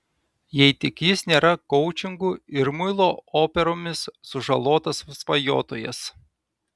jei tik jis nėra koučingu ir muilo operomis sužalotas svajotojas